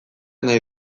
nahi